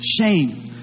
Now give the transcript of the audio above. Shame